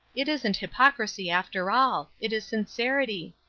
it isn't hypocrisy, after all it is sincerity.